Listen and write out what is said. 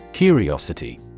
Curiosity